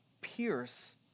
pierce